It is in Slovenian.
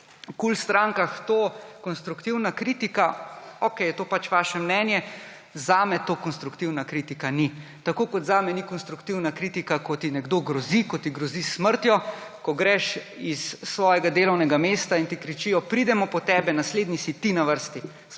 in strankah KUL to konstruktivna kritika, okej, je to pač vaše mnenje. Zame to konstruktivna kritika ni. Tako kot zame ni konstruktivna kritika, ko ti nekdo grozi, ko ti grozi s smrtjo, ko greš s svojega delovnega mesta in ti kričijo: »Pridemo po tebe, naslednji si ti na vrsti!«